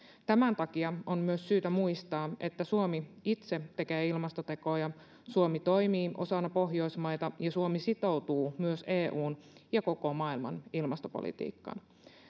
tämän takia on myös syytä muistaa että suomi itse tekee ilmastotekoja suomi toimii osana pohjoismaita ja suomi sitoutuu myös eun ja koko maailman ilmastopolitiikkaan